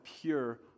pure